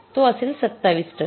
तो असेल २७ टन